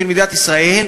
של מדינת ישראל,